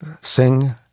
Sing